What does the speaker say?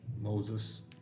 Moses